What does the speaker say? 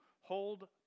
hold